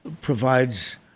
provides